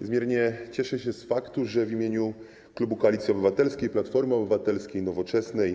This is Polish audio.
Niezmiernie cieszę się z faktu, że w imieniu klubu Koalicji Obywatelskiej - Platformy Obywatelskiej, Nowoczesnej,